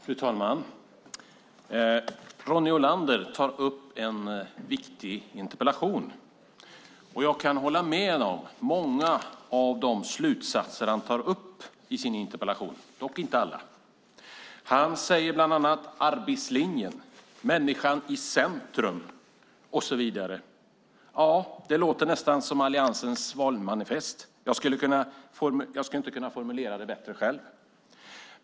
Fru talman! Ronny Olander ställer en viktig interpellation. Jag kan hålla med om många av de slutsatser han tar upp i sin interpellation - dock inte alla. Han talar bland annat om arbetslinjen och människan i centrum. Det låter nästan som Alliansens valmanifest. Jag skulle inte kunna formulera det bättre själv.